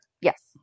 yes